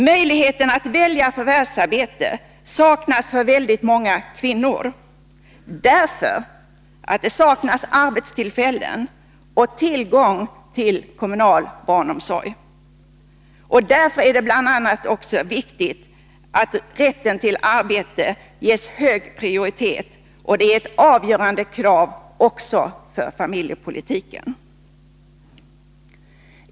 Möjligheten att välja förvärvsör att det saknas arbetstillfällen arbete saknas för väldigt många kvinnor dä; och tillgång till kommunal barnomsorg. Därför är bl.a. rätten till arbete ett avgörande krav också för familjepolitiken.